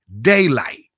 Daylight